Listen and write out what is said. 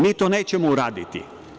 Mi to nećemo uraditi.